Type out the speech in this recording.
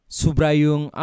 subrayung